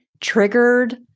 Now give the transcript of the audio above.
triggered